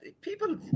people